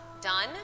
done